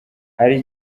hari